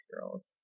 Girls